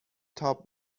تاب